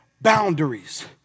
boundaries